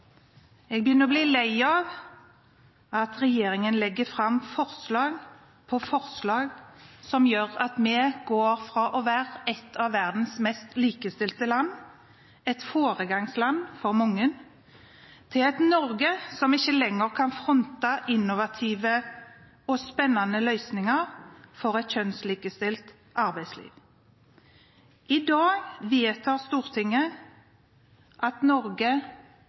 jeg begynner å bli lei av at regjeringen legger fram forslag på forslag som gjør at vi går fra å være et av verdens mest likestilte land, et foregangsland for mange, til et Norge som ikke lenger kan fronte innovative og spennende løsninger for et kjønnslikestilt arbeidsliv. I dag vedtar Stortinget at Norge